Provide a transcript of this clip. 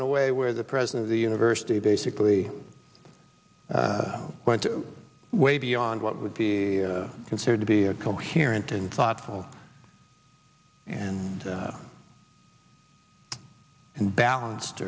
in a way where the president of the university basically went way beyond what would be considered to be a coherent and thoughtful and and balanced